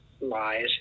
lies